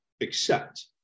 accept